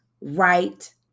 right